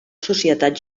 societat